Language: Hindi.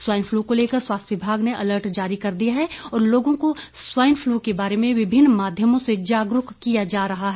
स्वाईन फ्लू को लेकर स्वास्थ्य विभाग ने अलर्ट जारी कर दिया है और लोगों को स्वाईन फ़लू के बारे में विभिन्न माध्यमों से जागरूक किया जा रहा है